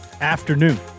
afternoon